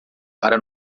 para